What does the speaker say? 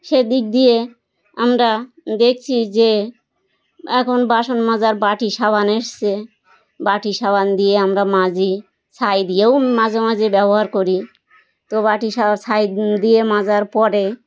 সে দিক দিয়ে আমরা দেখছি যে এখন বাসন মাজার বাটি সাবান এসেছে বাটি সাবান দিয়ে আমরা মাজি ছাই দিয়েও মাঝে মাঝে ব্যবহার করি তো বাটি ছাই দিয়ে মাজার পরে